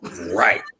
Right